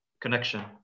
connection